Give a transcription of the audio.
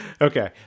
Okay